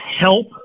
help